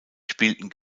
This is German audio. spielten